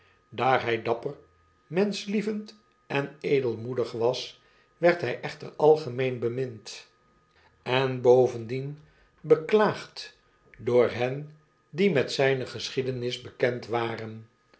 daar hy dapper menschlievend en edelmoedig was werd hjj echter algemeen bemind en bovendien beklaagd door hen die met zjjne geschiedenis bekend waren